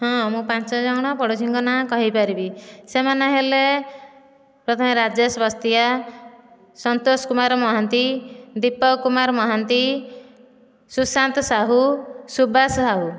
ହଁ ମୁଁ ପାଞ୍ଚଜଣ ପଡୋଶୀଙ୍କ ନାଁ କହିପାରିବି ସେମାନେ ହେଲେ ପ୍ରଥମେ ହେଲେ ରାଜେଶ ବସ୍ତିଆ ସନ୍ତୋଷ କୁମାର ମହାନ୍ତି ଦୀପକ କୁମାର ମହାନ୍ତି ସୁଶାନ୍ତ ସାହୁ ସୁବାଶ ସାହୁ